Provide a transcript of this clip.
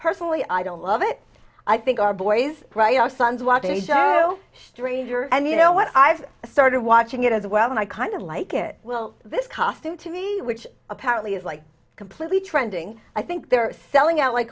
personally i don't love it i think our boys right our sons want any stranger and you know what i've started watching it as well and i kind of like it well this costume to me which apparently is like completely trending i think they're selling out like